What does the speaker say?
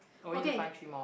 okay